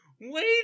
Wait